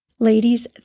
Ladies